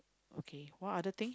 okay what other thing